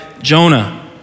Jonah